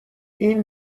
این